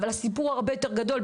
אבל הסיפור הרבה יותר גדול,